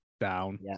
down